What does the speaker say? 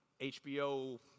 HBO